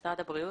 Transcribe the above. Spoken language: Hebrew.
משרד הבריאות.